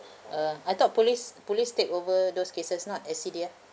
uh I thought police police takeover over those cases not S_C_D_F